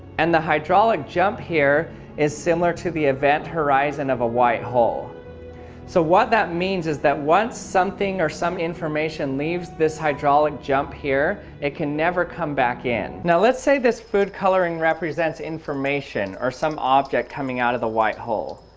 and the hydraulic jump here is similar to the event horizon of a white hole so what that means is that once something or some information leaves this hydraulic jump here it can never come back in. let's say this food colouring represents information or some object coming out of the white hole